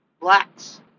Blacks